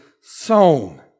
sown